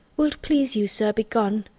will't please you, sir, be gone?